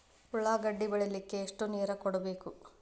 ಉಳ್ಳಾಗಡ್ಡಿ ಬೆಳಿಲಿಕ್ಕೆ ಎಷ್ಟು ನೇರ ಕೊಡಬೇಕು?